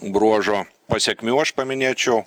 bruožo pasekmių aš paminėčiau